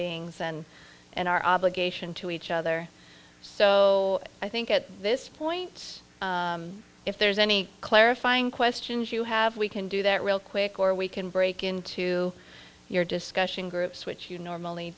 beings and and our obligation to each other so i think at this point if there's any clarifying questions you have we can do that real quick or we can break into your discussion groups which you normally